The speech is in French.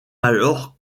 alors